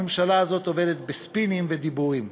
הממשלה הזאת עובדת בספינים ובדיבורים.